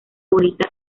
favorita